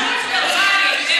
עוד הרבה שנים לשמוע אותי.